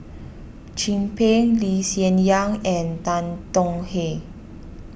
Chin Peng Lee Hsien Yang and Tan Tong Hye